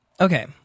Okay